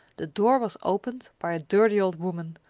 the door was opened by a dirty old woman,